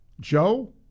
Joe